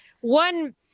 one